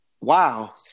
wow